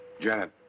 Janet